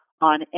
on